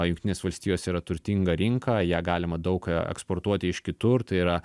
jungtinės valstijos yra turtinga rinka į ją galima daug eksportuoti iš kitur tai yra